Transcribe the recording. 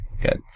Good